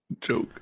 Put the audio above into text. joke